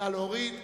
סעיף 54,